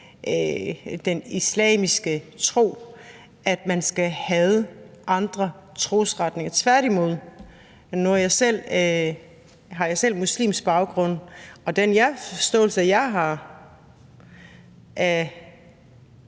den islamiske tro, at man skal hade andre trosretninger – tværtimod. Nu har jeg selv muslimsk baggrund, og den forståelse, jeg har,